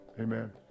Amen